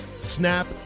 snap